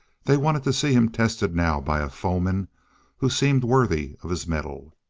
they wanted to see him tested now by a foeman who seemed worthy of his mettle.